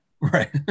Right